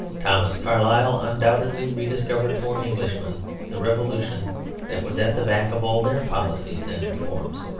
thomas carlyle undoubtedly rediscovered for englishmen the revolution that was at the back of all their policies and reforms.